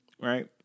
right